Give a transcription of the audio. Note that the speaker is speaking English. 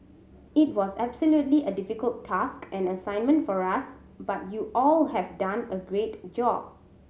it was absolutely a difficult task and assignment for us but you all have done a great job